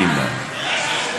מי נמנע?